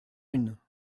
une